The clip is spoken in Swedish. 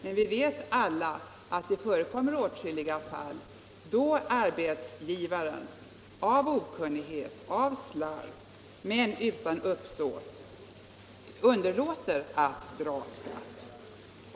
Men vi vet alla att det förekommer åtskilliga fall där arbetsgivaren av okunnighet, av slarv men utan uppsåt underlåter att dra skatt.